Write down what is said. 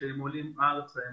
כשהם עולים ארצה,